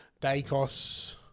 Dacos